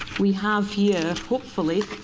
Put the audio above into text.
we have here, hopefully,